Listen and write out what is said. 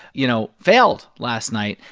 you know, failed last night.